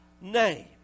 name